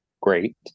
great